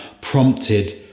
prompted